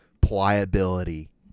pliability